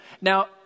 Now